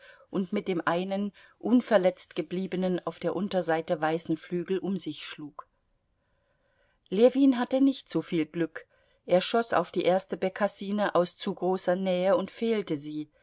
und mit dem einen unverletzt gebliebenen auf der unterseite weißen flügel um sich schlug ljewin hatte nicht soviel glück er schoß auf die erste bekassine aus zu großer nähe und fehlte sie